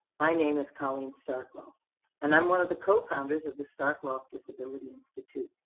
my name is colleen starkloff and i'm one of the co-founders of the starkloff disability institute.